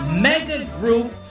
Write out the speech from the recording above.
mega-group